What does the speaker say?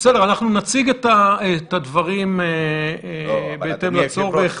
נציג את הדברים בהתאם לצורך.